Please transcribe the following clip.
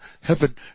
heaven